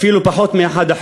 אפילו פחות מ-1%,